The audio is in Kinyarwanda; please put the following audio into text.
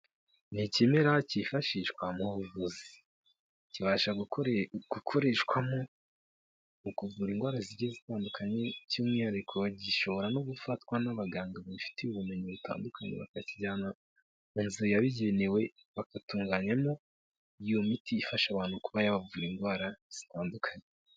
Ni ikimera cyifashishwa mu buvuzi kibasha gukoreshwamo mu kuvura indwara zigiye zitandukanye by'umwihariko gishobora no gufatwa n'abaganga babifitiye ubumenyi butandukanye bakakijyana mu nzira yabigenewe bagatunganyamo iyo miti ifasha abantu kuba yabavura indwara zitandukanye.